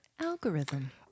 algorithm